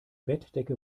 bettdecke